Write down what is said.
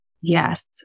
Yes